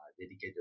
dedicated